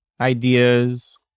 ideas